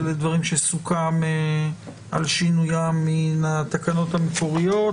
אלה דברים שסוכם על שינויים מן התקנות המקוריות.